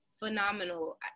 phenomenal